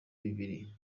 bibiri